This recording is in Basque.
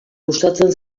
gustatzen